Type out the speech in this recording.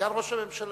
וסגן ראש הממשלה,